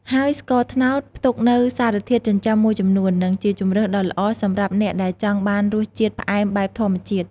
ហើយស្ករត្នោតផ្ទុកនូវសារធាតុចិញ្ចឹមមួយចំនួន និងជាជម្រើសដ៏ល្អសម្រាប់អ្នកដែលចង់បានរសជាតិផ្អែមបែបធម្មជាតិ។